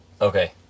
okay